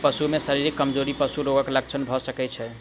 पशु में शारीरिक कमजोरी पशु रोगक लक्षण भ सकै छै